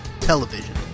Television